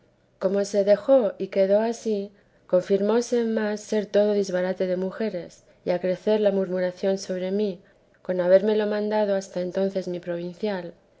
como se dejó y quedó ansí confirmóse más ser todo disbarate de mujeres y a crecer la murmuración sobre mí con haberlo mandado hasta entonces mi provincial